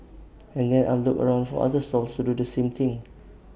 and then I'll look around for other stalls to do the same thing